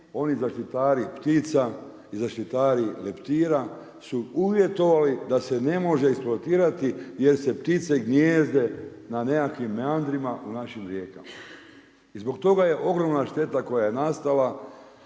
oni zaštitari ptica i zaštitari leptira su uvjetovali da se ne može eksploatirati jer se ptice gnijezde na nekakvim … u našim rijekama. I zbog toga je ogromna šteta koja je nastala,